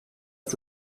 ist